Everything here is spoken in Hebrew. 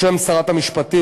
בשם שרת המשפטים,